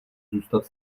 zůstat